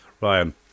Ryan